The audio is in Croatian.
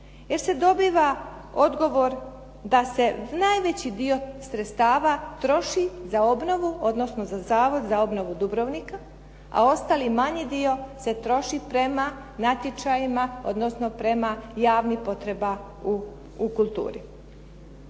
Jer se dobiva odgovor da se najveći dio sredstava troši za obnovu, odnosno za Zavod za obnovu Dubrovnika, a ostali manji dio se troši prema natječajima, odnosno prema javnim potrebama u kulturi.